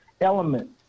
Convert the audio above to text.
element